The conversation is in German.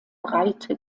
breite